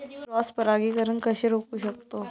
मी cross परागीकरण कसे रोखू शकतो?